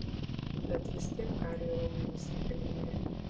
bet vis tiek kariui raumenys reikalingi